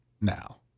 now